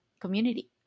community